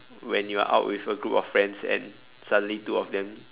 when you are out with a group of friends and suddenly two of them